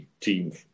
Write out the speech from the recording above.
team